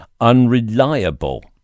unreliable